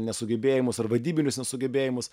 nesugebėjimus ar vadybinius nesugebėjimus